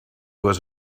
was